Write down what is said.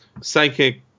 psychic